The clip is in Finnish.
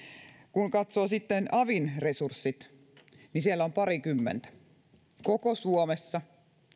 kun katsoo sitten avin resurssit niin siellä on parikymmentä koko suomessa